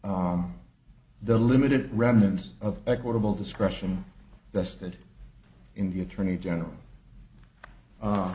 the limited remnants of equitable discretion rested in the attorney general